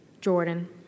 Jordan